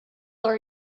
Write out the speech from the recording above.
are